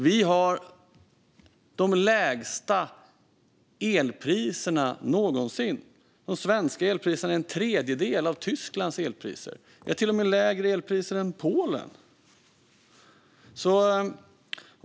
Vi har de lägsta elpriserna någonsin. De svenska elpriserna är en tredjedel av Tysklands elpriser. Vi har till och med lägre elpriser än Polen.